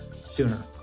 sooner